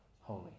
holy